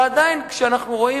ועדיין כשאנחנו רואים,